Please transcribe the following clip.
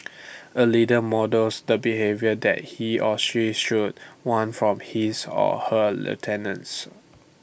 A leader models the behaviour that he or she should want from his or her lieutenants